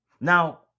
now